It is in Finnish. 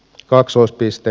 poistetaan